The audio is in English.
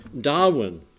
Darwin